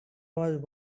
was